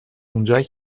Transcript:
اونجایی